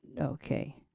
okay